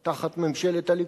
תחת ממשלת הליכוד.